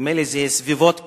נדמה לי שזה סביבות קניה.